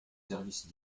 services